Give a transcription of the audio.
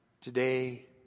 Today